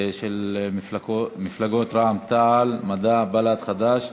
מפלגות רע"ם-תע"ל-מד"ע,